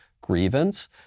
grievance